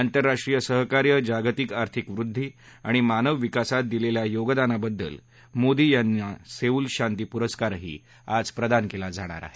आंतरराष्ट्रीय सहकार्य जागतिक आर्थिक वृद्वी आणि मानव विकासात दिलेल्या योगदानाबद्दल मोदी यांना सेऊल शांती पुरस्कार दिला जाणार आहे